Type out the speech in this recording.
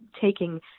taking